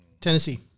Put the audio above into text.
Tennessee